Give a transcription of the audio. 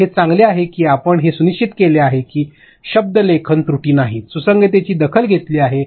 तर हे चांगले आहे की आपण हे सुनिश्चित केले आहे की शब्दलेखन त्रुटी नाहीत सुसंगततेची दखल घेतली गेली आहे